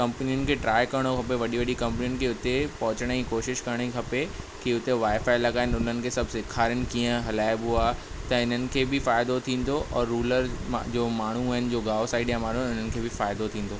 कंपनियुनि खे ट्राए करणु खपे वॾी वॾी कंपनियुनि खे उते पहुचण जी कोशिशि करिणी खपे कि उते वाए फाए लॻाइणु उते सभु सेखारीनि कीअं हलाइबो आहे त उन्हनि खे बि फ़ाइदो थींदो ऐं रुरल मां जो माण्हूं आहिनि जो गांव साइड जा माण्हूं आहिनि उन्हनि खे बि फ़ाइदो थींदो